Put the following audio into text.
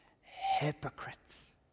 hypocrites